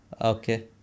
Okay